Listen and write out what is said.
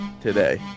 today